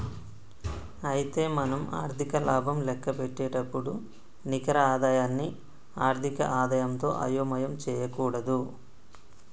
అయితే మనం ఆర్థిక లాభం లెక్కపెట్టేటప్పుడు నికర ఆదాయాన్ని ఆర్థిక ఆదాయంతో అయోమయం చేయకూడదు